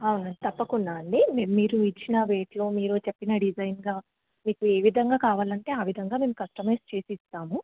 అవునా తప్పకుండా ఆండీ మేం మీరు ఇచ్చిన రేట్లో మీరు చెప్పిన డిజైన్గా మీకు ఏవిధంగా కావాలంటే ఆ విధంగా మేము కస్టమైజ్ చేసి ఇస్తాము